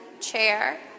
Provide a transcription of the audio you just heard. chair